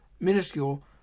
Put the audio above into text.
Minuscule